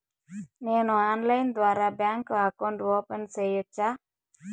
నేను ఆన్లైన్ ద్వారా bank account open సేయొచ్చా?